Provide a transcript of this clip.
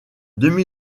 demi